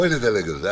בואי נדלג על זה.